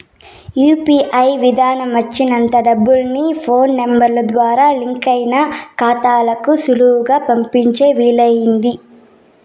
UPI విదానం వచ్చినంత డబ్బుల్ని ఫోన్ నెంబరు ద్వారా లింకయిన కాతాలకు సులువుగా పంపించే వీలయింది